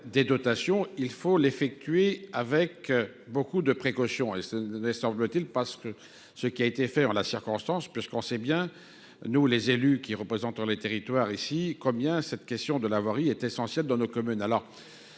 des dotations, il faut l'effectuer avec beaucoup de précaution et ce n'est, semble-t-il, parce que ce qui a été fait en la circonstance, puisqu'on sait bien nous les élus, qui représente les territoires ici combien cette question de l'avoir, il est essentiel dans nos communes,